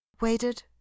waited